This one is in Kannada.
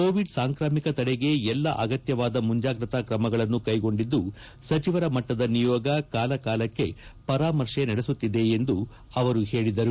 ಕೋವಿಡ್ ಸಾಂಕ್ರಾಮಿಕ ತಡೆಗೆ ಎಲ್ಲ ಆಗತ್ತವಾದ ಮುಂಜಾಗ್ರತಾ ಕ್ರಮಗಳನ್ನು ಕೈಗೊಂಡಿದ್ದು ಸಚಿವರ ಮಟ್ಟದ ನಿಯೋಗ ಕಾಲಕಾಲಕ್ಕೆ ಪರಾಮರ್ಶೆ ನಡೆಸುತ್ತಿದೆ ಎಂದು ಅವರು ಹೇಳದರು